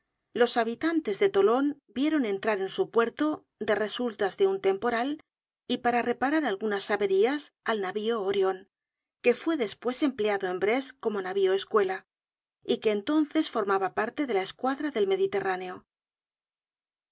los habitantes de tolon vieron entrar en su puerto de resultas de un temporal y para reparar algunas averías al navio orion que fue despues empleado en brest como navio escuela y que entonces formaba parte de la escuadra del mediterráneo